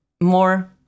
more